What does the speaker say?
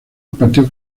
impartió